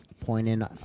pointing